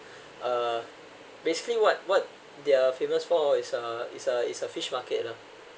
uh basically what what they are famous for is a is a is a fish market you know